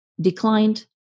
declined